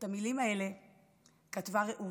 את המילים האלה כתבה רעות.